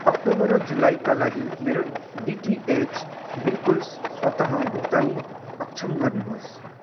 October र जुलाईका लागि मेरो डिटिएच बिलको स्वत भुक्तानी अक्षम गर्नुहोस्